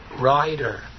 rider